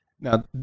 Now